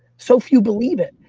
so few believe it.